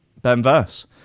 Benverse